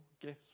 gifts